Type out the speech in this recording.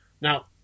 Now